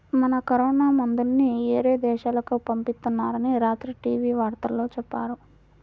మన కరోనా మందుల్ని యేరే దేశాలకు పంపిత్తున్నారని రాత్రి టీవీ వార్తల్లో చెప్పారు